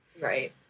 Right